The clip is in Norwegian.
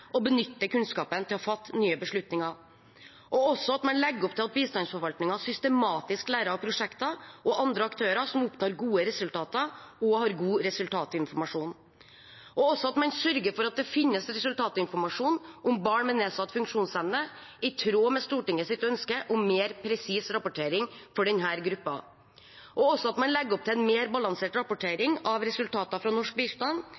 og benytter kunnskapen til å fatte nye beslutninger – og også at man legger opp til at bistandsforvaltningen systematisk lærer av prosjektene og andre aktører som oppnår gode resultater og har god resultatinformasjon, at man sørger for at det finnes resultatinformasjon om barn med nedsatt funksjonsevne, i tråd med Stortingets ønske om mer presis rapportering for denne gruppen, og at man legger opp til en mer balansert rapportering av resultater fra norsk bistand